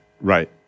Right